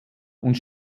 und